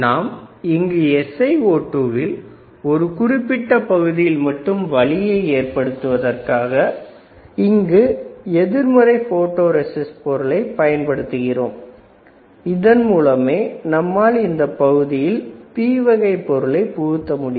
நாம் இங்கு SiO2 வில் ஒரு குறிப்பிட்ட பகுதியில் மட்டும் வழியை ஏற்படுத்துவதற்காக இங்கு எதிர்மறை போட்டோ ரெஸிஸ்ட் பொருளை பயன்படுத்த வேண்டும் அதன் மூலமே நம்மால் இந்த பகுதியில் P வகை பொருளை புகுத்த முடியும்